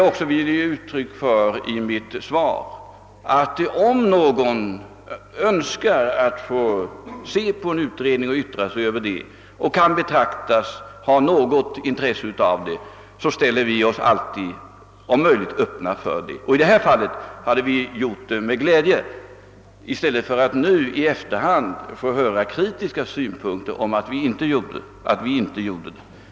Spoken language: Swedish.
I mitt svar ville jag just klarlägga att om någon önskar se på en utredning och yttra sig över den och vederbörande kan anses ha något intresse av saken, ställer vi oss alltid — om det är möjligt — öppna för denna begäran. I detta fall hade vi gjort det med glädje i stället för att i efterhand få höra kritiska uttalanden om att vi inte gav detta tillfälle.